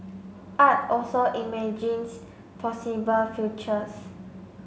art also imagines possible futures